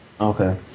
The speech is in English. Okay